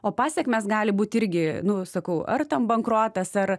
o pasekmės gali būti irgi nu sakau ar tam bankrotas ar